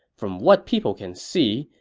from what people can see,